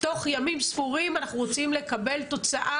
תוך ימים ספורים אנחנו רוצים לקבל תוצאה